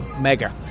mega